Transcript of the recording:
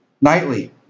nightly